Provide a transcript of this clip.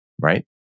right